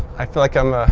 i feel like i'm